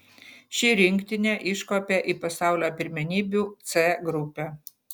ši rinktinė iškopė į pasaulio pirmenybių c grupę